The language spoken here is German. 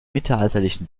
mittelalterlichen